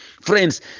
Friends